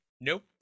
Nope